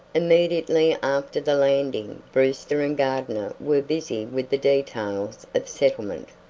immediately after the landing brewster and gardner were busy with the details of settlement.